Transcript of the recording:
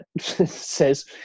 says